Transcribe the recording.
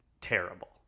terrible